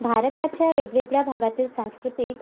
भारताच्या वेगवेगळ्या भागातील सांस्कृतिक